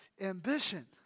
ambition